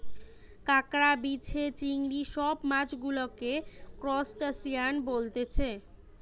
কাঁকড়া, বিছে, চিংড়ি সব মাছ গুলাকে ত্রুসটাসিয়ান বলতিছে